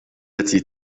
التي